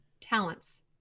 talents